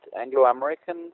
Anglo-American